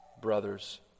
brothers